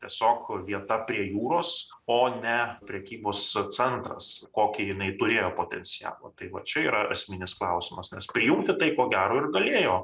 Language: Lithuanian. tiesiog vieta prie jūros o ne prekybos centras kokį jinai turėjo potencialą tai vat čia yra esminis klausimas nes prijungti tai ko gero ir galėjo